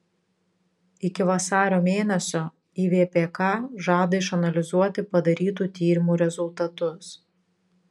iki vasario mėnesio ivpk žada išanalizuoti padarytų tyrimų rezultatus